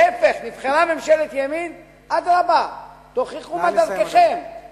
להיפך, נבחרה ממשלת ימין, אדרבה, תוכיחו את דרככם.